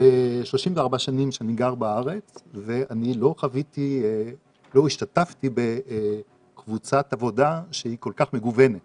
ש-34 שנים שאני גר בארץ ואני לא השתתפתי בקבוצת עבודה שהיא כל כך מגוונת